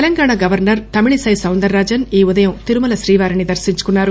Telangana governor Tamilisai Soundar Rajan ఈ ఉదయం తిరుమల శ్రీవారిని దర్శించుకున్నారు